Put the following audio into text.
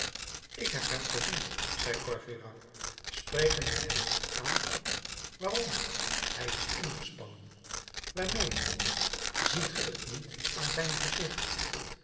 ik heb hem gezien zei courfeyrac spreken wij hem niet aan waarom hij is ingespannen waarmee ziet ge t niet aan zijn gezicht